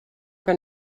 que